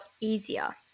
easier